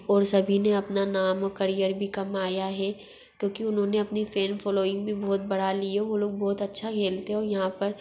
और सभी ने अपना नाम और करियर भी कमाया हे क्योंकि उन्होंने अपनी फ़ैन फोलोइंग भी बहुत बढ़ा ली है वो लोग बहुत अच्छा खेलते हैं और यहाँ पर